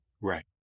Right